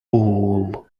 all